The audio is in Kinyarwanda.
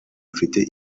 bafite